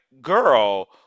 girl